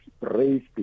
raised